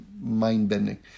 mind-bending